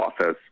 office